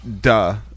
duh